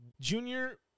junior